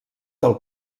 del